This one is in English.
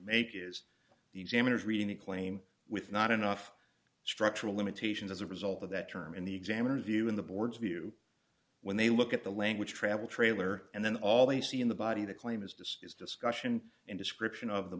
examiners reading the claim with not enough structural limitations as a result of that term in the exam interview in the board's view when they look at the language travel trailer and then all they see in the body the claim is disk is discussion and description of the